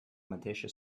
mateixa